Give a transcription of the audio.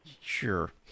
Sure